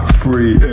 free